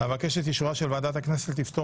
אבקש את אישורה של ועדת הכנסת לפטור